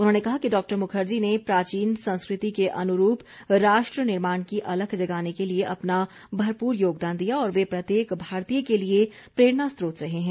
उन्होंने कहा कि डॉक्टर मुखर्जी ने प्राचीन संस्कृति के अनुरूप राष्ट्र निर्माण की अलख जगाने के लिए अपना भरपूर योगदान दिया और वे प्रत्येक भारतीय के लिए प्रेरणा स्रोत रहे हैं